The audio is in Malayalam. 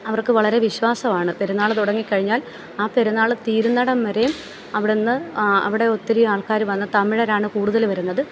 അവർക്ക് വളരെ വിശ്വാസമാണ് പെരുന്നാൾ തുടങ്ങി കഴിഞ്ഞാൽ ആ പെരുന്നാൾ തീരുന്നിടം വരെയും അവിടുന്ന് അവിടെ ഒത്തിരി ആൾക്കാർ വന്ന് തമിഴരാണ് കൂടുതൽ വരുന്നത്